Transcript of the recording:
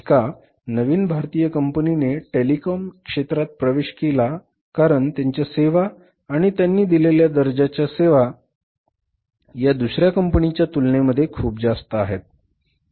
एका नवीन भारतीय कंपनीने टेलिकॉम क्षेत्रात प्रवेश केला कारण त्यांच्या सेवा आणि त्यांनी दिलेल्या दर्जाच्या सेवा या दुसऱ्या कंपनीच्या तुलनेमध्ये खूप स्वस्त आहेत